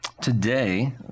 Today